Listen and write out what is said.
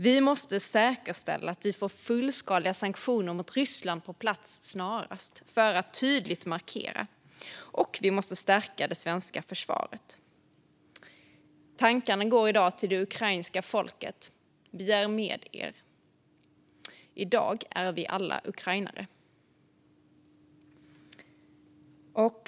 Vi måste säkerställa att vi snarast får fullskaliga sanktioner mot Ryssland på plats för att tydligt markera, och vi måste stärka det svenska försvaret. Tankarna går i dag till det ukrainska folket. Vi är med er. I dag är vi alla ukrainare.